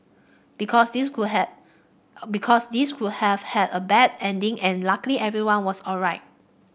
because this could have because this could have had a bad ending and luckily everyone was alright